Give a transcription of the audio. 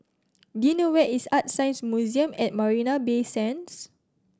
do you know where is ArtScience Museum at Marina Bay Sands